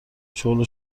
شغل